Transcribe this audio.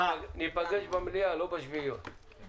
הישיבה ננעלה בשעה 13:36.